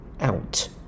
out